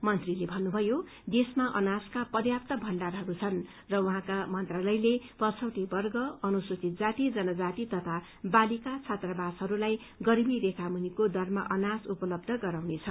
मन्त्रीले भन्नुभयो देशमा अनाजका पर्याप्त भण्डार छन् र उहाँका मन्त्रालयले पछीटे वर्ग अनुसूचित जाति जनजाति तथा बालिका छात्रावासहरूलाई गरीबी रेखामुनिको दरमा अनाज उपलब्ध गराउनेछ